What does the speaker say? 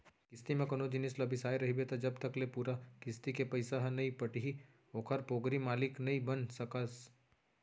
किस्ती म कोनो जिनिस ल बिसाय रहिबे त जब तक ले पूरा किस्ती के पइसा ह नइ पटही ओखर पोगरी मालिक नइ बन सकस